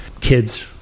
kids